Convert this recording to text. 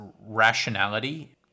rationality